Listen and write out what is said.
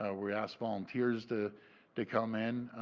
ah we asked volunteers to to come in.